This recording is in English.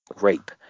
rape